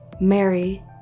Mary